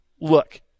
look